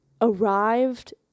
arrived